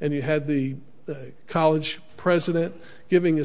and you had the the college president giving a